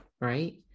right